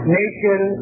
nation